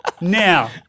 now